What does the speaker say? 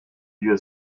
dieu